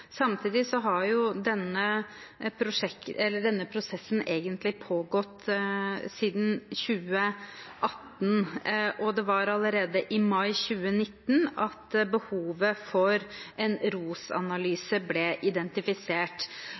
Samtidig har denne prosessen egentlig pågått siden 2018, og det var allerede i mai 2019 at behovet for en ROS-analyse ble identifisert.